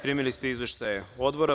Primili ste izveštaje odbora.